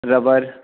rubber